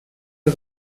you